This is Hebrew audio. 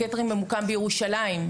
הקייטרינג ממוקם בירושלים.